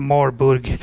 Marburg